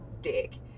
dick